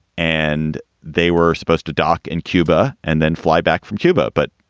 and they were supposed to dock in cuba and then fly back from cuba. but